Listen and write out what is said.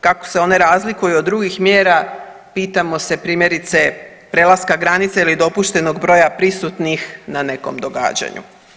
Kako se one razlikuju od drugih mjera pitamo se primjerice prelaske granice ili dopuštenog broja prisutnih na nekom događanju?